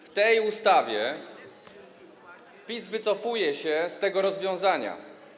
W tej ustawie PiS wycofuje się z tego rozwiązania.